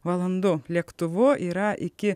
valandų lėktuvu yra iki